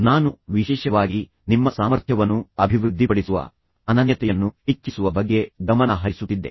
ನಾನು ವಿಶೇಷವಾಗಿ ನಿಮ್ಮ ಸಾಮರ್ಥ್ಯವನ್ನು ಅಭಿವೃದ್ಧಿಪಡಿಸುವ ಬಗ್ಗೆ ನಿಮ್ಮ ಅನನ್ಯತೆಯನ್ನು ಹೆಚ್ಚಿಸುವ ಬಗ್ಗೆ ಗಮನ ಹರಿಸುತ್ತಿದ್ದೆ